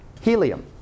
helium